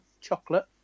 chocolate